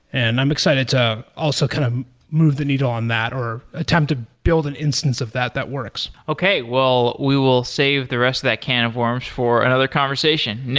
and i'm excited to also kind of move the needle on that or attempt to build an instance of that that works okay. well, we will save the rest of that can of worms for another conversation. nick,